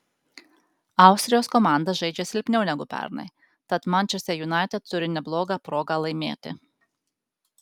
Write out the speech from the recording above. austrijos komanda žaidžia silpniau negu pernai tad manchester united turi neblogą progą laimėti